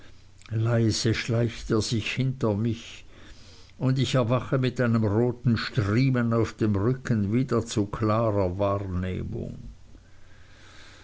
leise schleicht er sich hinter mich und ich erwache mit einem roten striemen auf dem rücken wieder zu klarer wahrnehmung